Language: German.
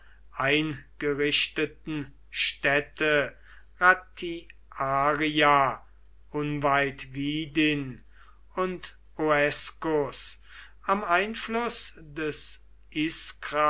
eingerichteten städte ratiaria unweit widin und oescus am einfluß der